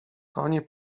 konie